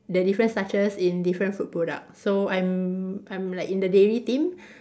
the different starches in different food products so I'm I'm like in the daily team